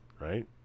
right